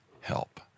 help